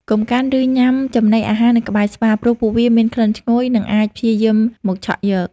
កុំកាន់ ឬញ៉ាំចំណីអាហារនៅក្បែរស្វា ព្រោះពួកវាមានក្លិនឈ្ងុយ និងអាចព្យាយាមមកឆក់យក។